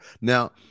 Now